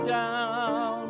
down